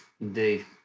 indeed